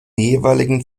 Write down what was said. jeweiligen